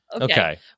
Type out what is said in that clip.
okay